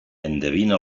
endevine